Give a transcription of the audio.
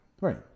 Right